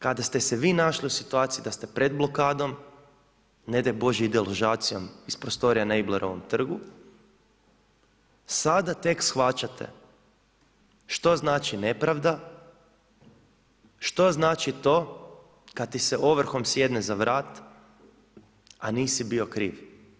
Sada kada ste se vi našli u situaciji da ste pred blokadom, ne daj Bože i deložacijom iz prostorija na Iblerovom trgu, sada tek shvaćate što znači nepravda, što znači to kad ti se ovrhom sjedne za vrat, a nisi bio kriv.